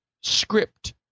script